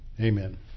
amen